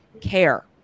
care